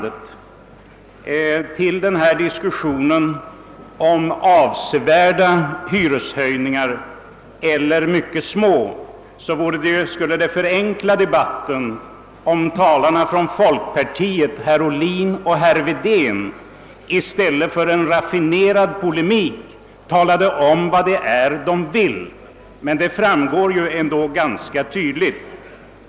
Det skulle förenkla denna diskussion om »avsevärda» hyreshöjningar eller »mycket små», om talarna från folkpartiet, herr Ohlin och herr Wedén, i stället för att föra en raffinerad polemik talade om vad de vill. Men det framgår ändå ganska tydligt.